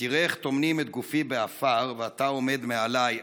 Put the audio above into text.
ותראה איך טומנים את גופי בעפר / ואתה עומד מעליי,